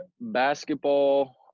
basketball